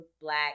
black